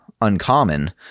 uncommon